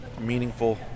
meaningful